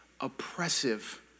oppressive